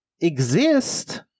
exist